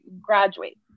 graduate